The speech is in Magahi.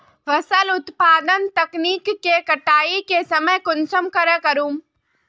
फसल उत्पादन तकनीक के कटाई के समय कुंसम करे करूम?